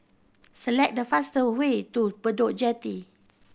select the fastest way to Bedok Jetty